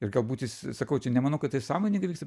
ir galbūt jis sakau čia nemanau kad tai sąmoningai vyksta